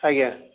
ଆଜ୍ଞା